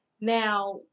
Now